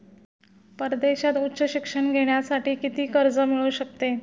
परदेशात उच्च शिक्षण घेण्यासाठी किती कर्ज मिळू शकते?